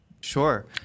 sure